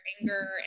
anger